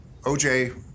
OJ